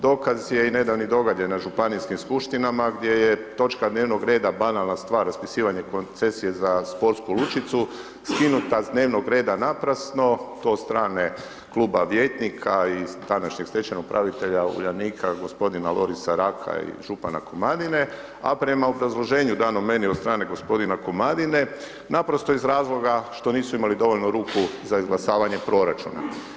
Dokaz je i nedavni događaj na županijskim skupštinama gdje je točka dnevnog reda banalna stvar raspisivanje koncesije za Sportsku lučicu skinuta s dnevnog reda naprasno, to od strane Kluba vijećnika i današnjeg stečajnog upravitelja Uljanika g. Lorisa Raka i župana Komadine, a prema obrazloženju danom meni od strane g. Komadine, naprosto iz razloga što nisu imali dovoljno ruku za izglasavanje proračuna.